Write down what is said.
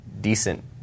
decent